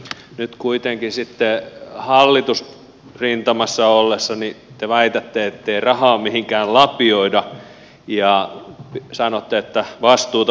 nyt kuitenkin sitten hallitusrintamassa ollessanne te väitätte ettei rahaa mihinkään lapioida ja sanotte että vastuuta pitää kantaa